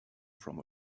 from